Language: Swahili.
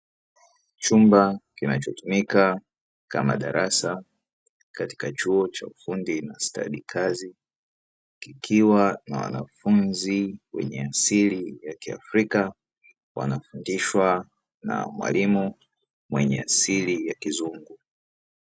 Chumba kinachotumika kama darasa katika chuo cha ufundi na stadi kazi, kikiwa na wanafunzi wenye asili ya kiafrika, wanafundishwa na mwalimu mwenye asili ya kizungu.